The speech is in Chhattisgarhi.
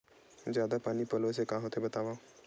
जादा पानी पलोय से का होथे बतावव?